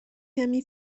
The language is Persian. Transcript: کمی